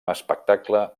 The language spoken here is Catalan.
espectacle